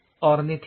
ornithine